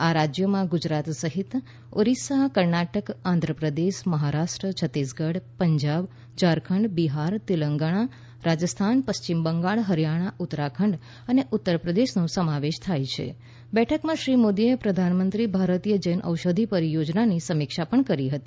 આ રાજ્યોમાં ગુજરાત સહિત ઓરિસ્સા કર્ણાટક આંધ્રપ્રદેશ મહારાષ્ટ્ર છત્તીસગઢ પંજાબ ઝારખંડ બિહાર તેલંગણા રાજસ્થાન પશ્ચિમ બંગાળ હરિયાણા ઉત્તરાખંડ અને ઉત્તરપ્રદેશનો સમાવેશ થાય છે બેઠકમાં શ્રી મોદીએ પ્રધાનમંત્રી ભારતીય જન ઔષધિ પરિયોજનાની સમીક્ષા પણ કરી હતી